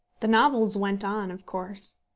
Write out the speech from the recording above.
the novels went on, of course.